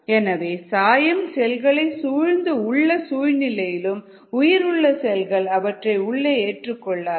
எனவே சாயம் செல்களை சூழ்ந்து உள்ள சூழ்நிலையிலும் உயிர் உள்ள செல்கள் அவற்றை உள்ளே ஏற்றுக் கொள்ளாது